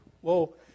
whoa